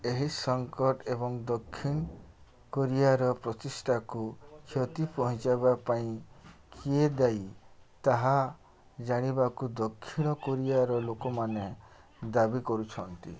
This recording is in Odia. ଏହି ସଙ୍କଟ ଏବଂ ଦକ୍ଷିଣ କୋରିଆର ପ୍ରତିଷ୍ଠାକୁ କ୍ଷତି ପହଞ୍ଚାଇବା ପାଇଁ କିଏ ଦାୟୀ ତାହା ଜାଣିବାକୁ ଦକ୍ଷିଣ କୋରିଆର ଲୋକମାନେ ଦାବି କରୁଛନ୍ତି